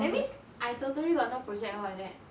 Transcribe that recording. that means I totally got no project lor like that